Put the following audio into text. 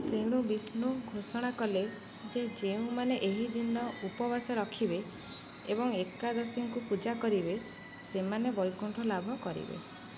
ତେଣୁ ବିଷ୍ଣୁ ଘୋଷଣା କଲେ ଯେ ଯେଉଁମାନେ ଏହି ଦିନ ଉପବାସ ରଖିବେ ଏବଂ ଏକାଦଶୀଙ୍କୁ ପୂଜା କରିବେ ସେମାନେ ବୈକୁଣ୍ଠ ଲାଭ କରିବେ